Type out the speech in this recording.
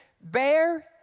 Bear